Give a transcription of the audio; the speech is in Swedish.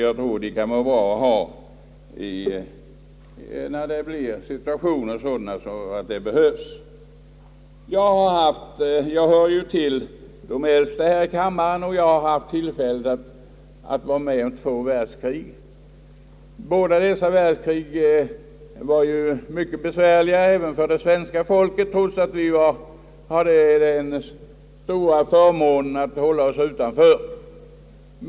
Jag tror att de kan vara bra att ha när det blir sådana situationer att de behövs. Jag hör till de äldsta här i kammaren, och jag har haft tillfälle att vara med om två världskrig. Båda dessa världs krig har varit mycket besvärliga även för det svenska folket, trots att vi ju hade den stora förmånen att hålla oss utanför.